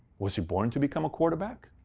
was he born to become a quarterback?